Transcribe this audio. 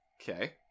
okay